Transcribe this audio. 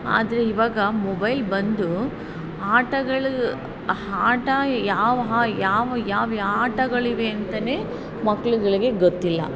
ಆದರೆ ಇವಾಗ ಮೊಬೈಲ್ ಬಂದು ಆಟಗಳು ಆಟ ಯಾವ ಹಾ ಯಾವ ಯಾವ್ಯಾವ ಆಟಗಳಿವೆ ಅಂತಲೇ ಮಕ್ಳುಗಳಿಗೆ ಗೊತ್ತಿಲ್ಲ